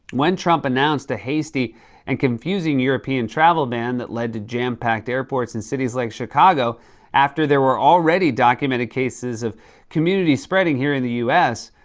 when trump announced a hasty and confusing european travel ban that led to jam-packed airports in cities like chicago after there were already documented cases of community spreading here in the u s,